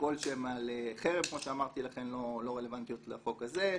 כלשהן על חרם כמו שאמרתי, לא רלוונטיות לחוק הזה,